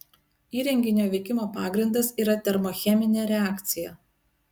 įrenginio veikimo pagrindas yra termocheminė reakcija